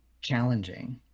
challenging